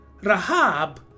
Rahab